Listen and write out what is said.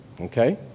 Okay